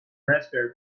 raspberry